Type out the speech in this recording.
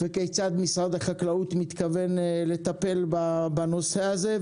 וכיצד משרד החקלאות מתכוון לטפל בנושא הזה,